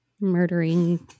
murdering